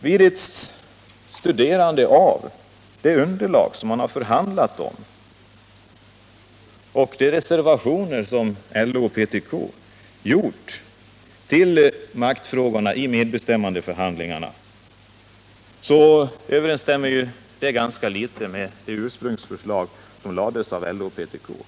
Vid ett studium av underlaget för förhandlingarna och de reservationer som LO och PTK gjort när det gäller maktfrågorna i medbestämmandeförhandlingarna finner man att överensstämmelsen med det ursprungsförslag som framlades av LO och PTK är ganska dålig.